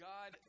God